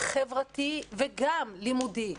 חברתי וגם לימודי.